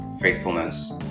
faithfulness